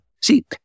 See